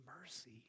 mercy